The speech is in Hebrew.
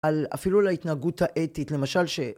‫על אפילו להתנהגות האתית, ‫למשל ש...